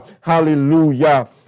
Hallelujah